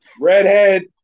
Redhead